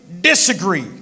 disagree